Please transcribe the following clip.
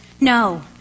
no